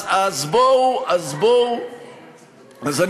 אז בואו, מה זה קשור לרכבת?